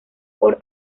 por